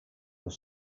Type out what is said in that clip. were